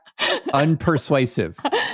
unpersuasive